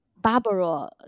Barbara